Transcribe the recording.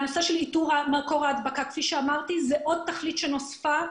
הנושא של איתור מקור ההדבקה הוא עוד תכלית שנוספה,